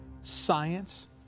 science